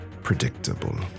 predictable